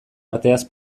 arteaz